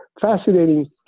fascinating